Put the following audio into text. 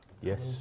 Yes